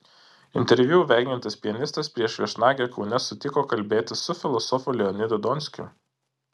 interviu vengiantis pianistas prieš viešnagę kaune sutiko kalbėtis su filosofu leonidu donskiu